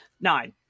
nine